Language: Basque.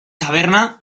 taberna